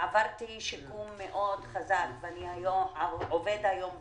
אחרי שעברתי שיקום מאוד ארוך אני עובד היום בשוק,